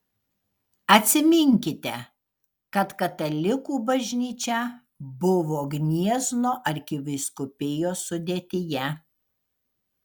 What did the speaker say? atsiminkite kad katalikų bažnyčia buvo gniezno arkivyskupijos sudėtyje